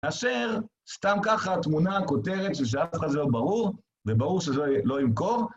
אשר סתם ככה התמונה הכותרת ששם זה לא ברור, וברור שזה לא ימכור.